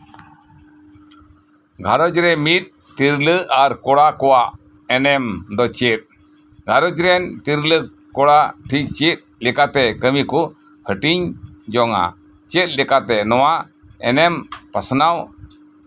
ᱵᱷᱟᱨᱚᱛᱨᱮ ᱢᱤᱫ ᱛᱤᱨᱞᱟᱹ ᱟᱨ ᱠᱚᱲᱟ ᱠᱚᱣᱟᱜ ᱮᱱᱮᱢ ᱫᱚ ᱪᱮᱫ ᱵᱷᱟᱨᱚᱛ ᱨᱮᱱ ᱛᱤᱨᱞᱟᱹ ᱠᱚᱲᱟ ᱪᱮᱫ ᱞᱮᱠᱟᱛᱮ ᱠᱟᱹᱢᱤ ᱠᱚ ᱦᱟᱹᱴᱤᱧ ᱡᱚᱝᱼᱟ ᱪᱮᱫ ᱞᱮᱠᱟᱛᱮ ᱱᱚᱣᱟ ᱮᱱᱮᱢ ᱯᱟᱥᱱᱟᱣ